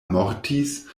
mortis